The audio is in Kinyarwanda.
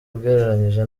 ugereranyije